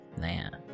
Man